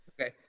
Okay